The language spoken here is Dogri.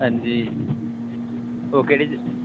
हां जी ओह् केह्ड़ी